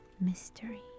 mystery